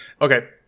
Okay